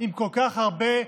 עם כל כך הרבה זקנים,